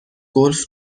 گلف